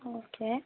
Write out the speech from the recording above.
okay